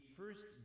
first